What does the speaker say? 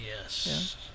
Yes